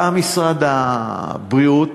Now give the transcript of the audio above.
בא משרד הבריאות,